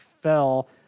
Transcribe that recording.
fell